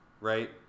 right